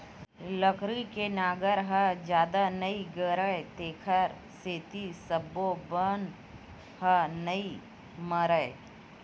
लकड़ी के नांगर ह जादा नइ गड़य तेखर सेती सब्बो बन ह नइ मरय